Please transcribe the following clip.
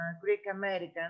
Greek-American